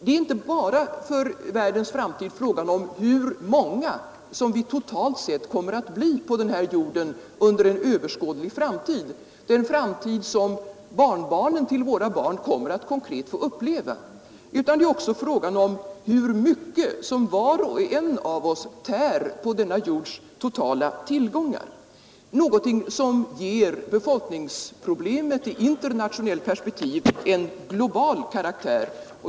Det är för världens framtid inte bara frågan om hur många vi totalt sett kommer att bli på den här jorden under en överskådlig framtid, den framtid som barn barnen till våra barn konkret kommer att få uppleva, utan det är också frågan om hur mycket som var och en av oss tär på denna jords totala tillgångar, någonting som ger befolkningsproblemet i internationellt perspektiv en global karaktär.